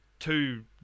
two